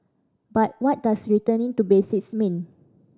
but what does returning to basics mean